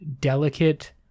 delicate